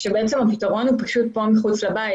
כשבעצם הפתרון הוא פשוט פה מחוץ לבית,